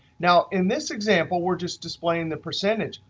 now in this example, we're just displaying the percentage.